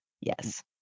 yes